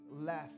left